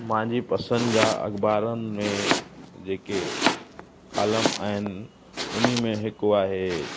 मुंहिंजी पसंदि जा अख़बारुनि में जेके कालम आहिनि उन में हिकु आहे